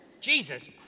Jesus